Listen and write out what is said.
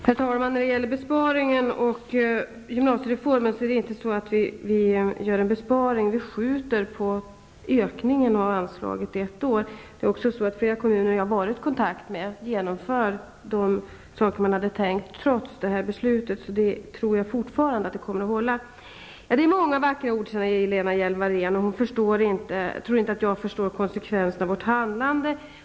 Herr talman! När det gäller gymnasiereformen gör vi ingen besparing. Däremot skjuter vi på ökningen av anslaget ett år. Flera kommuner som jag har varit i kontakt med kommer att genomföra de saker vi hade tänkt trots det här beslutet. Jag tror fortfarande att det kommer att hålla. Lena Hjelm-Wallén säger att jag använder många vackra ord, och hon tror inte att jag förstår konsekvenserna av vårt handlande.